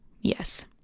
yes